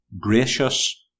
gracious